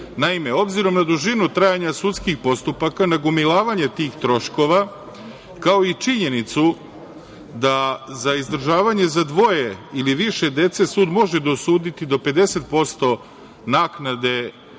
dece. Naime, obzirom da dužinu trajanja sudskih postupaka, nagomilavanje tih troškova, kao i činjenicu da za izdržavanje za dvoje ili više dece sud može dosuditi do 50% obaveze